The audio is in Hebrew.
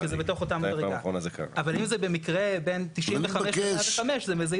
אבל אם זה במקרה בין 95 ל-105 אז זה מזיז.